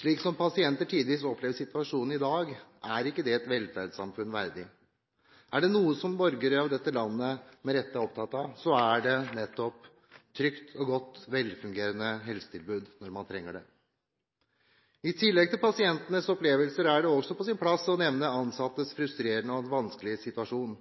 Slik pasienter tidvis opplever situasjonen i dag, er ikke et velferdssamfunn verdig. Er det noe som borgere av dette landet med rette er opptatt av, er det nettopp et trygt, godt og velfungerende helsetilbud når man trenger det. I tillegg til pasientenes opplevelser er det også på sin plass å nevne ansattes frustrerende og vanskelige situasjon.